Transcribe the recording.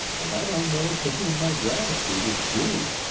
and i don't know to whom my gratitude is due.